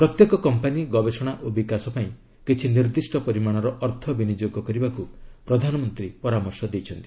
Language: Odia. ପ୍ରତ୍ୟେକ କମ୍ପାନୀ ଗବେଷଣା ଓ ବିକାଶ ପାଇଁ କିଛି ନିର୍ଦ୍ଦିଷ୍ଟ ପରିମାଣର ଅର୍ଥ ବିନିଯୋଗ କରିବାକୁ ପ୍ରଧାନମନ୍ତ୍ରୀ ପରାମର୍ଶ ଦେଇଛନ୍ତି